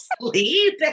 sleep